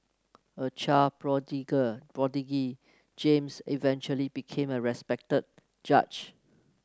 a child prodigy James eventually became a respected judge